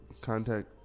contact